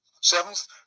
Seventh